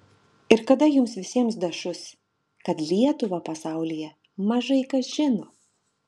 ir kada jums visiems dašus kad lietuvą pasaulyje mažai kas žino